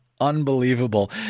Unbelievable